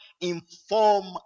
inform